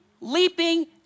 leaping